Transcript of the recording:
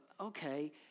okay